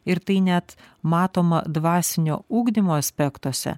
ir tai net matoma dvasinio ugdymo aspektuose